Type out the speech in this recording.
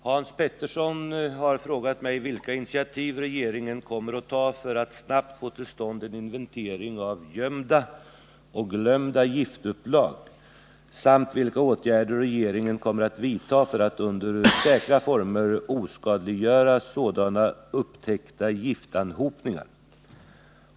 Herr talman! Hans Petersson i Hallstahammar har frågat mig vilka initiativ regeringen kommer att ta för att snabbt få till stånd en inventering av gömda och ”glömda” giftupplag samt vilka åtgärder regeringen kommer att vidta för att under säkra former oskadliggöra sådana upptäckta giftanhopningar.